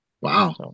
Wow